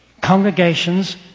Congregations